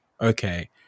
okay